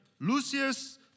Lucius